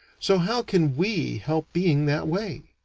so how can we help being that way?